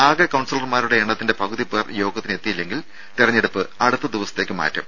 ആകെ കൌൺസിലർമാരുടെ എണ്ണത്തിന്റെ പകുതി പേർ യോഗത്തിനെത്തിയില്ലെങ്കിൽ തെരഞ്ഞെടുപ്പ് അടുത്ത ദിവസത്തേക്ക് മാറ്റും